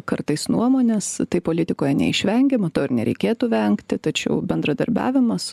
kartais nuomonės tai politikoje neišvengiama to ir nereikėtų vengti tačiau bendradarbiavimas